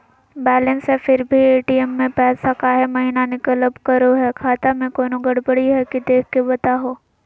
Balance है फिर भी भी ए.टी.एम से पैसा काहे महिना निकलब करो है, खाता में कोनो गड़बड़ी है की देख के बताहों?